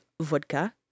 vodka